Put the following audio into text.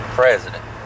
president